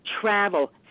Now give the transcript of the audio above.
travel